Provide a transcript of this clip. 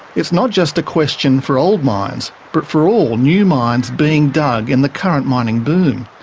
it's not just a question for old mines, but for all new mines being dug in the current mining boom.